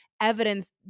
evidence